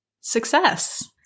success